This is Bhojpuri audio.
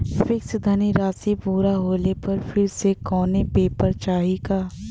फिक्स धनराशी पूरा होले पर फिर से कौनो पेपर चाही का?